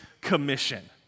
Commission